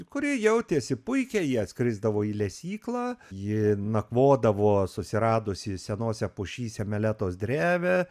kuri jautėsi puikiai ji atskrisdavo į lesyklą ji nakvodavo susiradusi senose pušyse meletos drėvę